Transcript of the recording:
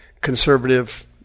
conservative